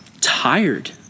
tired